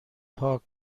پاک